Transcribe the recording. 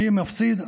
מי מפסיד?